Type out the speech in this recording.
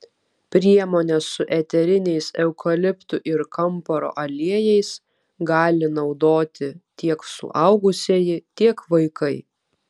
priemonę su eteriniais eukaliptų ir kamparo aliejais gali naudoti tiek suaugusieji tiek vaikai